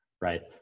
right